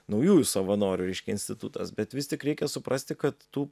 naujųjų savanorių reiškia institutas bet vis tik reikia suprasti kad tų